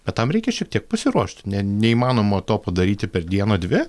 bet tam reikia šiek tiek pasiruošt ne neįmanoma to padaryti per dieną dvi